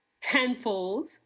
tenfold